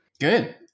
Good